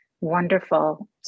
wonderful